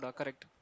correct